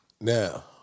now